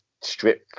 strip